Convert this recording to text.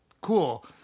cool